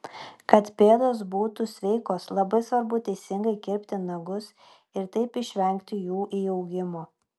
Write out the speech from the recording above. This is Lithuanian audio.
kad pėdos būtų sveikos labai svarbu teisingai kirpti nagus ir taip išvengti jų įaugimo